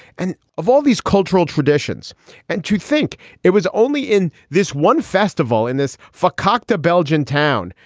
and of all these cultural traditions and to think it was only in this one festival, in this four cocktail belgian town,